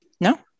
No